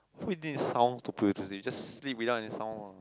who needs sound to put you to sleep just sleep without any sound lah